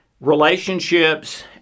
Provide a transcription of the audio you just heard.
relationships